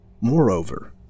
Moreover